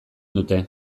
dute